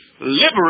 liberate